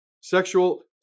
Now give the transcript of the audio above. sexual